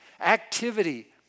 activity